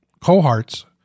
cohorts